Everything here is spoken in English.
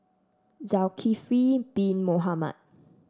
Zulkifli Bin Mohamed